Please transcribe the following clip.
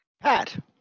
Pat